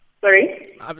Sorry